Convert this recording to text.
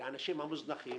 לאנשים המוזנחים